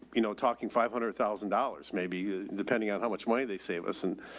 you know, talking five hundred thousand dollars, maybe depending on how much money they save us and